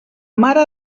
mare